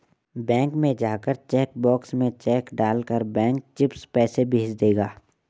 bank में जाकर cheque box में चेक डाल कर बैंक चिप्स पैसे भेज देगा